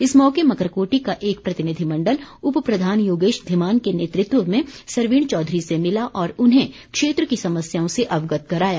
इस मौके मकरोटी का एक प्रतिनिधि मण्डल उप प्रधान योगेश धीमान के नेतृत्व में सरवीण चौधरी से मिला और उन्हें क्षेत्र की समस्याओं से अवगत कराया